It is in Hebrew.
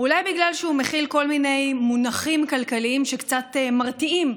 אולי בגלל שהוא מכיל כל מיני מונחים כלכליים שקצת מרתיעים.